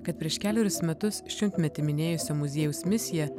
kad prieš kelerius metus šimtmetį minėjusio muziejaus misija